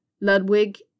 Ludwig